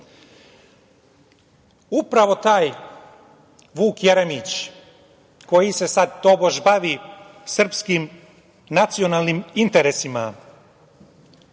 Upravo taj Vuk Jeremić koji se sada tobož bavi srpskim nacionalnim interesima,